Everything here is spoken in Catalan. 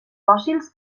fòssils